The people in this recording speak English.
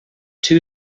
two